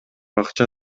акча